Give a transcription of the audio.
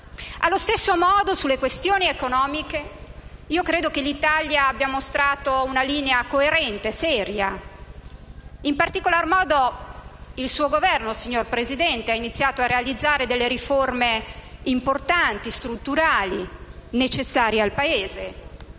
Allo stesso modo, sulle questioni economiche, io credo che l'Italia abbia mostrato una linea coerente e seria. In particolare il suo Governo, signor Presidente, ha cominciato a realizzare riforme importanti, strutturali e necessarie al Paese,